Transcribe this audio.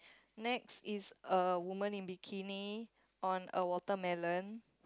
next is a woman in a bikini on a watermelon